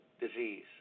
disease